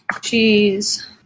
cheese